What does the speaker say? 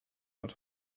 hwnnw